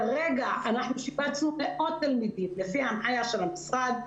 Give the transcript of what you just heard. כרגע אנחנו שיבצנו מאות תלמידים לפי ההנחייה של המשרד,